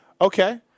okay